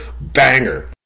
banger